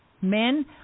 Men